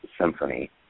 Symphony